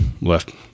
left